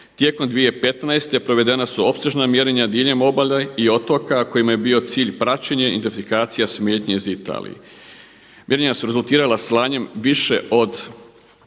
Tijekom 2015. provedena su opsežna mjerenja diljem obale i otoka kojima je bio cilj praćenje, identifikacija smetnje iz Italije. Mjerenja su rezultirala slanjem više od